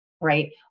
right